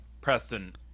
Preston